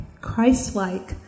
Christ-like